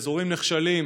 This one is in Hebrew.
באזורים נחשלים,